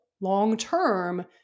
long-term